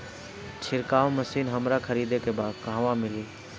छिरकाव मशिन हमरा खरीदे के बा कहवा मिली?